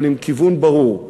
אבל עם כיוון ברור.